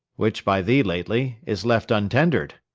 which by thee lately is left untender'd.